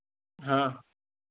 हाँ